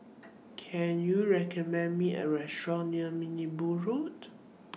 Can YOU recommend Me A Restaurant near Road